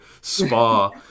spa